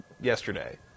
yesterday